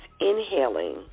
inhaling